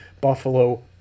Buffalo